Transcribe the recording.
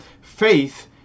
faith